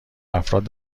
افراد